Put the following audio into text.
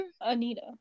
Anita